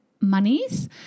monies